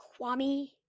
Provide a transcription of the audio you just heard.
Kwame